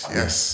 yes